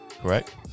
Correct